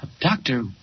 Doctor